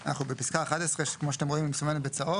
אנחנו בפסקה (11) שכמו שאתם רואים היא מסומנת בצהוב,